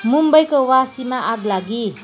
मुम्बईको वासीमा आगलागी